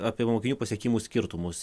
apie mokinių pasiekimų skirtumus